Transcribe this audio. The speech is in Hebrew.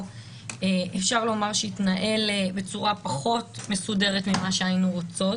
אפשר לומר שהתנהל בצורה פחות מסודרת ממה שהיינו רוצות.